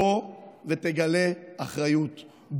בוא ותגלה אחריות,